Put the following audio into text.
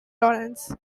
torrens